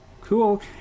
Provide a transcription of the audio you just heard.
Cool